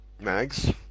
Mags